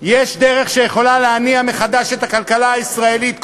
יש דרך שיכולה להניע מחדש את הכלכלה הישראלית.